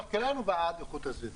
כולנו בעד איכות הסביבה,